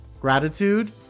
gratitude